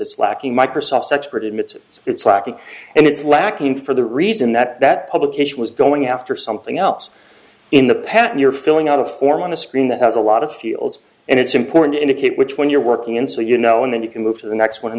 it's lacking microsoft's expert admits it's lacking and it's lacking for the reason that that publication was going after something else in the past you're filling out a form on a screen that has a lot of fields and it's important to indicate which one you're working in so you know and then you can move to the next one